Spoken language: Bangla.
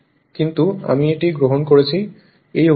কিন্তু আমি এটি গ্রহণ করেছি এই অভিমুখে